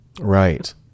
Right